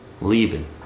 leaving